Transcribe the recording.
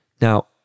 Now